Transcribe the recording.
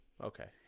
okay